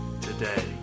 today